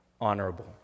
honorable